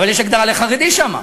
אבל יש הגדרה לחרדי שם.